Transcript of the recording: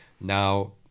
now